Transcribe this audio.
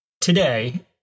today